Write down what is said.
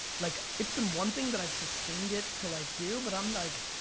like it's been one thing that i've sustained it to like do, but i'm like,